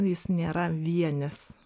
jis nėra vienis